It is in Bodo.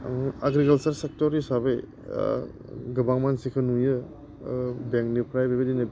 आं एग्रिकाल्सार सेक्टर हिसाबै गोबां मानसिखौ नुयो बेंकनिफ्राय बेबायदिनो